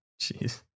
Jeez